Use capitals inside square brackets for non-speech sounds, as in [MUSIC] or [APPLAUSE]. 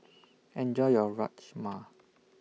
[NOISE] Enjoy your Rajma